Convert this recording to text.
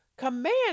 command